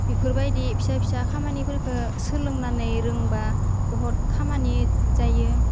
बिफोर बायदि फिसा फिसा खामानिफोरखौ सोलोंनानै रोंबा बहुद खामानि जायो